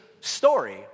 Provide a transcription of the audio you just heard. story